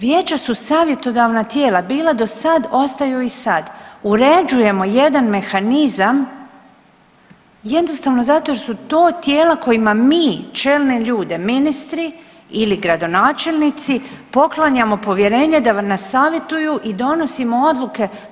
Vijeća su savjetodavna tijela bila do sad, ostaju i sad, uređujemo jedan mehanizam jednostavno zato jer su to tijela kojima mi čelne ljude ministri ili gradonačelnici poklanjamo povjerenja da nas savjetuju i donosimo odluke.